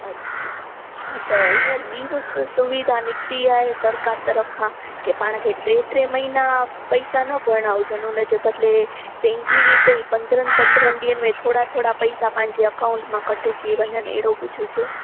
अछा हा त हींअर ॿी बि हिकु सुविधा निकिती आहे सरिकार तरफ़ु खां की पाण खे टे टे महीना पैसा न भरिणा हुजनि हुनजे बदिले पंहिंजी रीति ई पंदरहनि पंदरहनि ॾींहनि में थोरा थोरा पैसा पंहिंजे अकाउंट मां कटिजी वञनि अहिड़ो कुझु हुजे